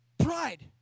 Pride